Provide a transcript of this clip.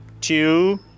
two